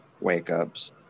wake-ups